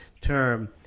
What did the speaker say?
term